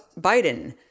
Biden